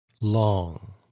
long